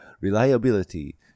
reliability